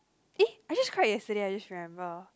eh I just cried yesterday I just remember